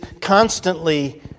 constantly